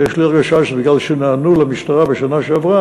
ויש לי הרגשה שהגם שנענו למשטרה בשנה שעברה,